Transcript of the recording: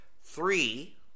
three